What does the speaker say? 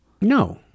No